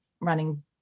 running